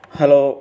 Hello